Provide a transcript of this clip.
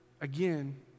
Again